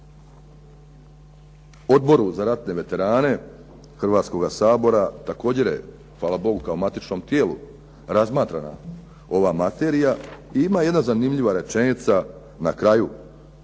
Odboru za ratne veterane Hrvatskoga sabora također je, hvala Bogu kao matičnom tijelu, razmatrana ova materija i ima jedna zanimljiva rečenica na kraju